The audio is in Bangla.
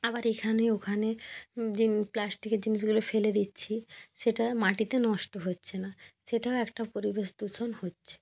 আবার এখানে ওখানে যে প্লাস্টিকের জিনিসগুলো ফেলে দিচ্ছি সেটা মাটিতে নষ্ট হচ্ছে না সেটাও একটা পরিবেশ দূষণ হচ্ছে